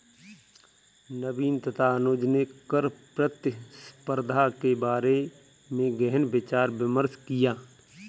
नवीन तथा अनुज ने कर प्रतिस्पर्धा के बारे में गहन विचार विमर्श किया